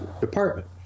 department